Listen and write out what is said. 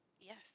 Yes